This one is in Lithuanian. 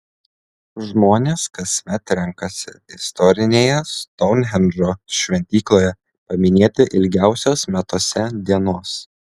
žmonės kasmet renkasi istorinėje stounhendžo šventykloje paminėti ilgiausios metuose dienos